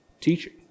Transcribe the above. teaching